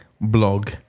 blog